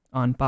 on